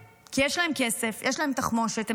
יש לכם את הכוח והחובה לשנות את